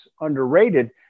underrated